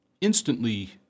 instantly